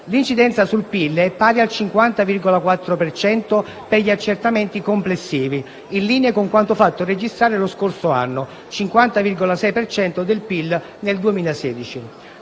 L'incidenza sul PIL è pari al 50,4 per cento per gli accertamenti complessivi, in linea con quanto fatto registrare lo scorso anno (50,6 per cento del PIL nel 2016).